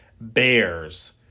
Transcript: Bears